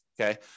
okay